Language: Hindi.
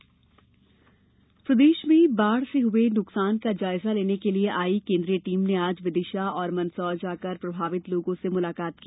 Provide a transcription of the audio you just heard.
प्रदेश बाढ़ प्रदेश में बाढ़ से हये नुकसान का जायजा लेने के लिए आई केंद्रीय टीम ने आज विदिशा और मंदसौर जाकर प्रभावित लोगों से मुंलाकात की